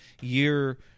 year